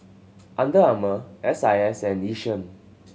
Under Armour S I S and Yishion